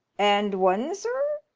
and one, sir?